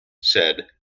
said